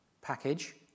package